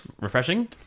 Refreshing